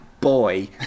boy